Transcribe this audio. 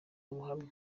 ubuhamya